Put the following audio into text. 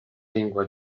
lingua